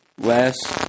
last